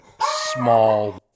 small